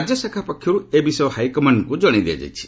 ରାଜ୍ୟଶାଖା ପକ୍ଷର୍ ଏ ବିଷୟ ହାଇକମାଣ୍ଡଙ୍କୁ ଜଣାଇ ଦିଆଯାଇଛି